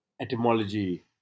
etymology